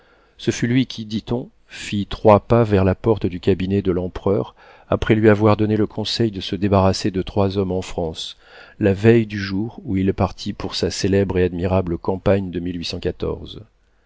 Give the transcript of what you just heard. ce fut lui qui dit-on fit trois pas vers la porte du cabinet de l'empereur après lui avoir donné le conseil de se débarrasser de trois hommes en france la veille du jour où il partit pour sa célèbre et admirable campagne de